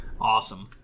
awesome